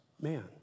man